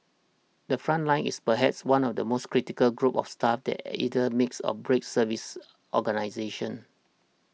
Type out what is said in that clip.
the front line is perhaps one of the most critical groups of staff that either makes or breaks service organisations